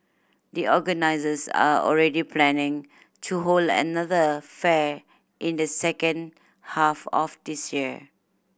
the organisers are already planning to hold another fair in the second half of this year